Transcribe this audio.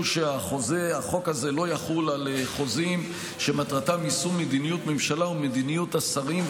שהחוק הזה לא יחול על חוזים שמטרתם יישום מדיניות ממשלה ומדיניות השרים,